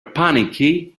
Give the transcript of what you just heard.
panicky